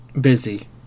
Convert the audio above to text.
Busy